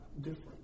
different